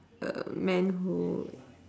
uh man who